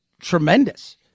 tremendous